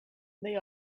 they